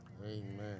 Amen